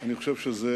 אני חושב שזה